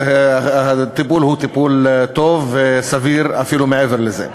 הטיפול הוא טיפול טוב וסביר ואפילו מעבר לזה.